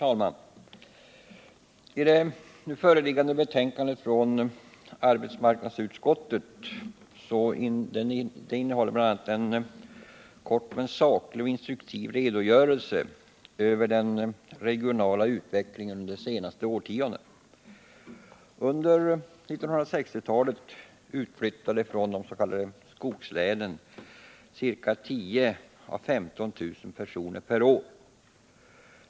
Herr talman! Föreliggande betänkande från arbetsmarknadsutskottet innehåller bl.a. en kort men saklig och instruktiv redogörelse för den regionala utvecklingen under de senaste årtiondena. Under 1960-talet utflyttade från de s.k. skogslänen 10 000 å 15 000 personer per år.